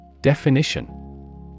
Definition